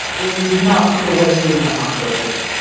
it was not clear what he was in the hospital for.